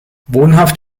wohnhaft